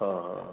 অঁ